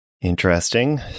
interesting